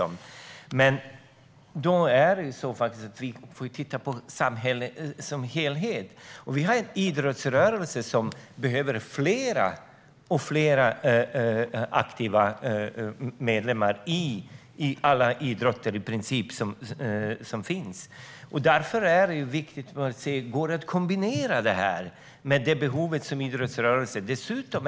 Men vi måste titta på samhället som helhet. Vi har en idrottsrörelse som behöver fler aktiva medlemmar i alla idrotter. Går det att kombinera detta med idrottsrörelsens behov?